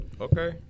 Okay